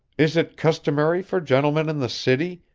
is it customary for gentlemen in the city,